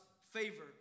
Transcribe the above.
favor